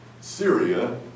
Syria